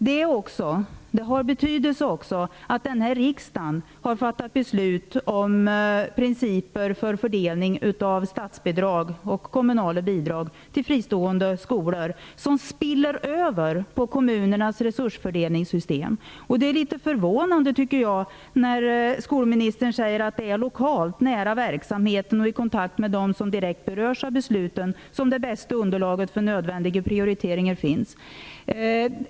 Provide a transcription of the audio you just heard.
Det är också av betydelse att denna riksdag har fattat beslut om principer för fördelning av statsbidrag och kommunala bidrag till fristående skolor, som spiller över på kommunernas resursfördelningssystem. Det är litet förvånande, tycker jag, när skolministern säger att det är lokalt, nära verksamheten och i kontakt med dem som direkt berörs av besluten som det bästa underlaget för nödvändiga prioriteringar finns.